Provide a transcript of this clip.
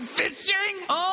fishing